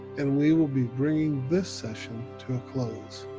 and we will be bringing this session to a close.